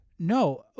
No